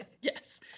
Yes